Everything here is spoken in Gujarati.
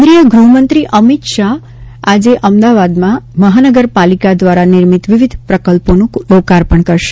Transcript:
કેન્દ્રીય ગૃહમંત્રી અમિત શાહ આજે અમદાવાદમાં મહાનગરપાલિકા દ્વારા નિર્મિત વિવિધ પ્રકલ્પોનું લોકાર્પણ કરશે